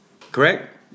Correct